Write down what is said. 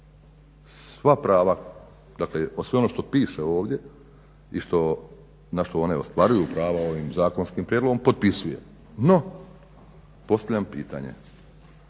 Sva prava dakle sve ono što piše ovdje i na što one ostvaruju prava ovim zakonskim prijedlogom potpisujem. No postavljam pitanje.